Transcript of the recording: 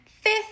fifth